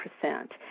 percent